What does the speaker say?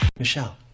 Michelle